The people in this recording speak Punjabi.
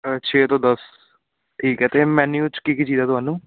ਛੇ ਤੋਂ ਦਸ ਠੀਕ ਹੈ ਅਤੇ ਮੈਨਿਊ 'ਚ ਕੀ ਕੀ ਚਾਹੀਦਾ ਤੁਹਾਨੂੰ